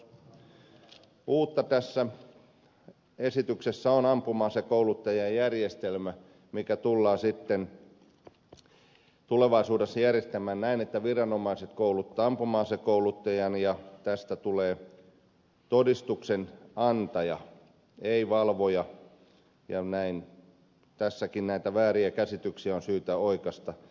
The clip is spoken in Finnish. uutta tässä esityksessä on ampuma asekouluttajajärjestelmä mikä tullaan sitten tulevaisuudessa järjestämään näin että viranomaiset kouluttavat ampuma asekouluttajan ja tästä tulee todistuksen antaja ei valvoja ja näin tässäkin näitä vääriä käsityksiä on syytä oikaista